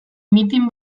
mitin